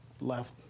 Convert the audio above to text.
left